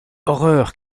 horreur